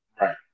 Right